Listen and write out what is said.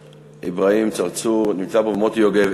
אברהים צרצור, נמצא פה, ומוטי יוגב.